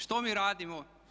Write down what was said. Što mi radimo?